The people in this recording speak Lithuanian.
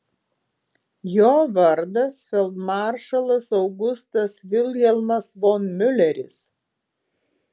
jo vardas feldmaršalas augustas vilhelmas von miuleris